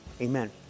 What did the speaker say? amen